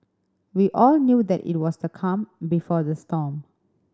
we all knew that it was the calm before the storm